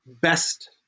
best